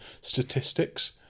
statistics